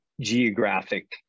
geographic